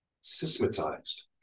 systematized